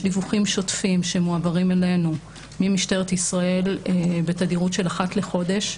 יש דיווחים שוטפים שמועברים אלינו ממשטרת ישראל בתדירות של אחת לחודש.